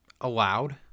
allowed